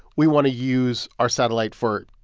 we want to use our satellite for,